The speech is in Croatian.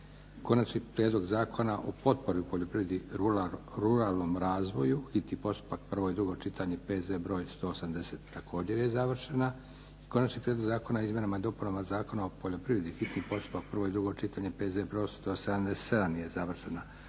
Konačni prijedlog Zakona o potpori u poljoprivredi i ruralnom razvoju, hitni postupak, prvo i drugo čitanje, PZ br. 180 također je završena. Konačni prijedloga zakona o izmjenama i dopunama Zakona o poljoprivredi, hitni postupak, prvo i drugo čitanje, PZ br. 177 je završena.